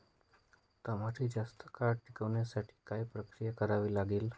टमाटे जास्त काळ टिकवण्यासाठी काय प्रक्रिया करावी लागेल?